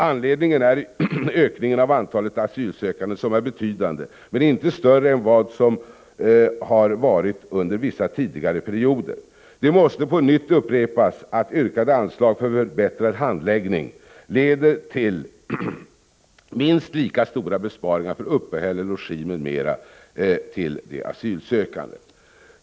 Anledningen är ökningen av antalet asylsökande, som är betydande, men inte större än vad den har varit under vissa tidigare perioder. Det måste upprepas att yrkade anslag för förbättrad handläggning leder till minst lika stora besparingar i vad gäller uppehälle, logi, m.m. till de asylsökande.